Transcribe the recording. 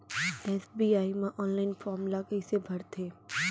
SBI म online form ल कइसे भरथे?